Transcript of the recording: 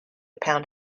pound